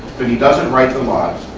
but he doesn't write the laws,